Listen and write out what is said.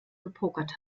gepokert